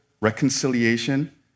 Reconciliation